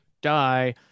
die